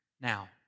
now